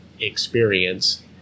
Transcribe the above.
experience